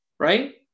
right